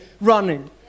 running